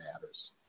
matters